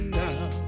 now